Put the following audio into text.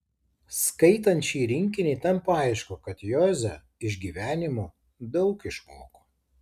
skaitant šį rinkinį tampa aišku kad joze iš gyvenimo daug išmoko